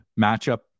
matchup